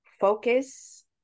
focus